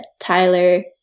Tyler